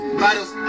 bottles